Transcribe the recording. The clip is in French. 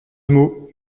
mot